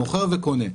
מוכר וקונה.